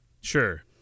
Sure